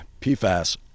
PFAS